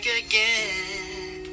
again